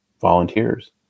volunteers